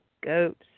goats